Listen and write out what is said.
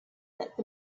that